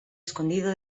escondido